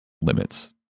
limits